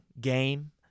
game